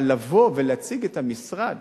אבל לבוא ולהציג את המשרד